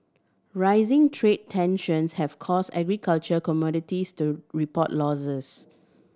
rising trade tensions have caused agricultural commodities to report losses